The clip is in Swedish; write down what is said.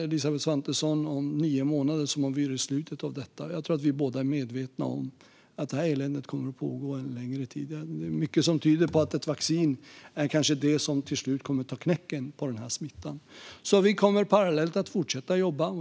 Elisabeth Svantesson talar om nio månader som om vi vore vid slutet av detta. Vi är nog båda medvetna om att det här eländet kommer att pågå under en längre tid. Mycket tyder på att ett vaccin kanske är det som till slut kommer att ta knäcken på smittan. Vi kommer parallellt med detta att fortsätta jobba.